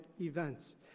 events